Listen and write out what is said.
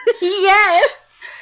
Yes